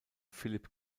philipp